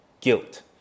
guilt